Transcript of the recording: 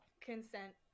consent